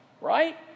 Right